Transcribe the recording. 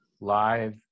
live